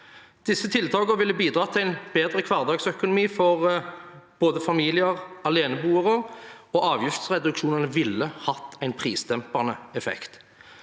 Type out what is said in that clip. Disse tiltakene ville bidratt til en bedre hverdagsøkonomi for både familier og aleneboende, og avgiftsreduksjonene ville hatt en prisdempende effekt.